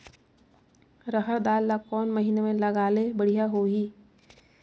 रहर दाल ला कोन महीना म लगाले बढ़िया होही?